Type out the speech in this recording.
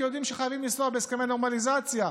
כי יודעים שחייבים לנסוע בהסכמי נורמליזציה.